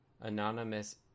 anonymous